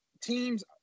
teams